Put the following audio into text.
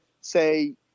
say